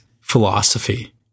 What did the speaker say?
philosophy